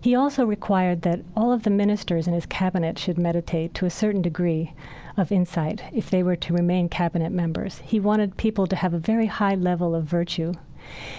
he also required that all of the ministers in his cabinet should meditate to a certain degree of insight, if they were to remain cabinet members. he wanted people to have a very high level of virtue